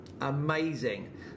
Amazing